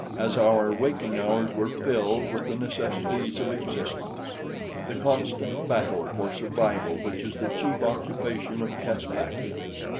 as our waking hours were filled with the necessities of existence the constant battle for survival which is the chief occupation of caspakians.